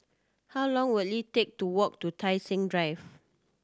how long will it take to walk to Tai Seng Drive